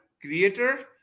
creator